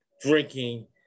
drinking